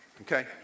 okay